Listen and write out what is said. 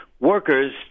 workers